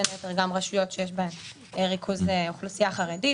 בין היתר גם רשויות שיש בהן ריכוז אוכלוסייה חרדית,